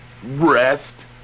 Rest